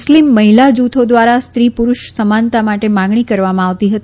મુસ્લીમ મહિલા જૂથી દ્વારા ી પુરૂષ સમાનતા માટે માગણી કરવામાં આવતી હતી